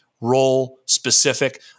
role-specific